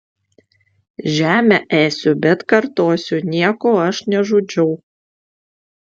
žemę ėsiu bet kartosiu nieko aš nežudžiau